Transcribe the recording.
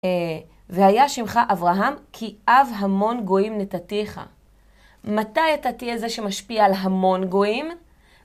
והיה שמך אברהם כי אב המון גויים נתתיך. מתי אתה תהיה זה שמשפיע על המון גויים?